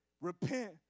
repent